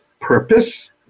purpose